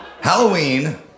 Halloween